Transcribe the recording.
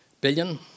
billion